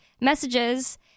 messages